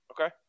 Okay